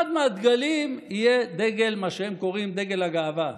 אחד מהדגלים יהיה מה שהם קוראים "דגל הגאווה",